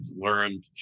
learned